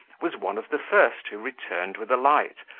was one of the first who returned with a light,